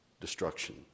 destruction